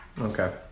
Okay